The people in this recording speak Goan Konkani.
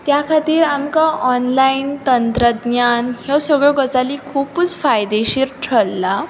त्या खातीर आमकां ऑनलायन तंत्रज्ञान ह्यो सगळ्यो गजाली खुपूच फायदेशीर थारला